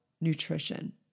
nutrition